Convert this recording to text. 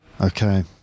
Okay